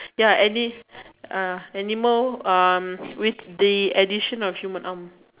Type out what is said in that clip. ya and it's uh animal um with the addition of human arm